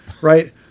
right